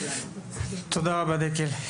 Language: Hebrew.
תודה רבה, דקל.